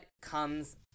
comes